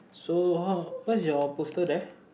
so how what's your poster there